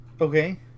Okay